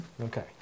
Okay